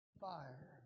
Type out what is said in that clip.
fire